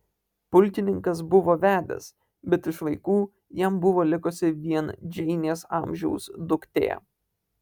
pulkininkas buvo vedęs bet iš vaikų jam buvo likusi vien džeinės amžiaus duktė